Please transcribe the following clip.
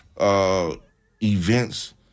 Events